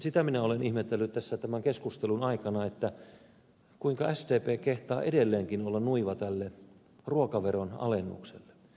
sitä minä olen ihmetellyt tässä tämän keskustelun aikana kuinka sdp kehtaa edelleenkin olla nuiva tälle ruokaveron alennukselle